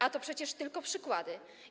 A to przecież tylko przykłady.